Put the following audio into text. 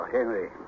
Henry